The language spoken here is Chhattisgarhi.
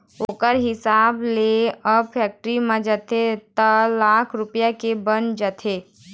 ओखर हिसाब ले अब फेक्टरी म जाथे त लाख रूपया के बन जाथे